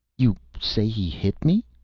you say he hit me?